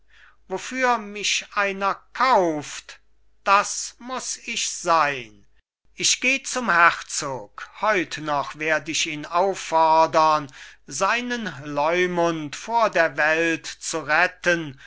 wofür mich einer kauft das muß ich sein ich geh zum herzog heut noch werd ich ihn auffordern seinen leumund vor der welt zu retten